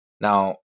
now